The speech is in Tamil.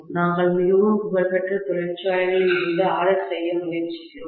நாங்கள் மிகவும் புகழ்பெற்ற தொழிற்சாலைகளில் இருந்து ஆர்டர் செய்ய முயற்சிக்கிறோம்